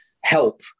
help